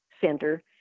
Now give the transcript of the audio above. center